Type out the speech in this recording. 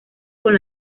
con